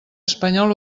espanyol